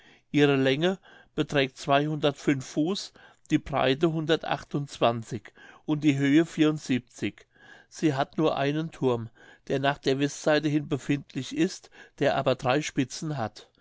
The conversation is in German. ihre länge beträgt fuß die breite und die höhe sie hat nur einen thurm der nach der westseite hin befindlich ist der aber drei spitzen hat